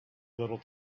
little